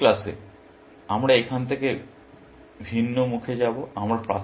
পরবর্তী ক্লাসে আমরা এখান থেকে ভিন্নমুখে যাবো